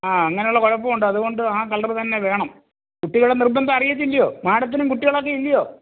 ആ അങ്ങനെ ഉള്ള കുഴപ്പം ഉണ്ട് അതുകൊണ്ട് ആ കളറ് തന്നെ വേണം കുട്ടികളെ നിർബന്ധം അറിയ്യത്തില്ലെയോ മാഡത്തിനും കുട്ടികൾ ഒക്കെ ഇല്ലെയോ